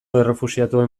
errefuxiatuen